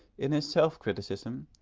in his self-criticism,